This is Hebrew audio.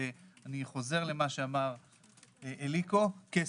אני חוזר למה שאמר אליקו "כסף".